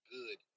Good